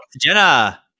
Jenna